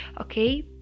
okay